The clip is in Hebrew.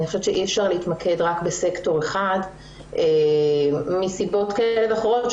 אני חושבת שאי-אפשר להתמקד רק בסקטור אחד מסיבות כאלה ואחרות,